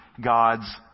God's